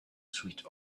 sweet